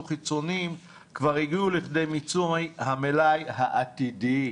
חיסונים כבר הגיעו לכדי מיצוי המלאי העתידי.